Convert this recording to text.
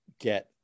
get